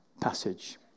passage